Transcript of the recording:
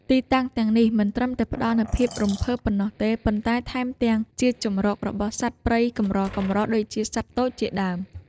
ទីតាំងទាំងនេះមិនត្រឹមតែផ្ដល់នូវភាពរំភើបប៉ុណ្ណោះទេ ប៉ុន្តែថែមទាំងជាជម្រករបស់សត្វព្រៃកម្រៗដូចជាសត្វទោចជាដើម។